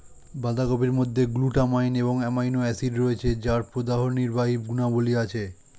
বাঁধাকপির মধ্যে গ্লুটামাইন এবং অ্যামাইনো অ্যাসিড রয়েছে যার প্রদাহনির্বাহী গুণাবলী আছে